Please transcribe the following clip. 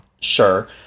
sure